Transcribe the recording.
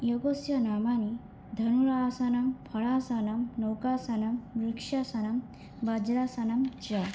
योगस्य नामानि धनुरासनं फलासनं नौकासनं वृक्षासनं वज्रासनं च